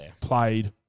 Played